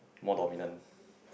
more dominant